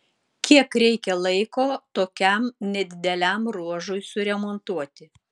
kiek reikia laiko tokiam nedideliam ruožui suremontuoti